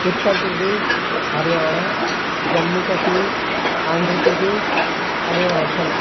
Uttar Pradesh Haryana Jammu Kashmir Andhra Pradesh Arunachal